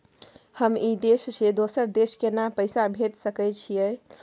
हम ई देश से दोसर देश केना पैसा भेज सके छिए?